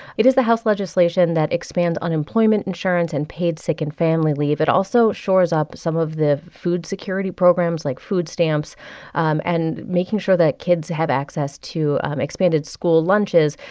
it is the house legislation that expands unemployment insurance and paid sick and family leave. it also shores up some of the food security programs like food stamps um and making sure that kids have access to expanded school lunches.